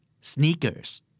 Sneakers